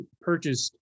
purchased